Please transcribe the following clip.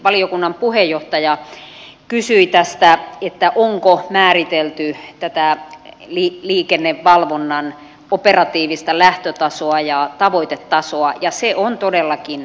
valiokunnan puheenjohtaja kysyi tästä onko määritelty tätä liikennevalvonnan operatiivista lähtötasoa ja tavoitetasoa ja se on todellakin määritelty